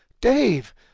Dave